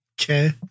Okay